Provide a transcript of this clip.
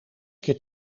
keer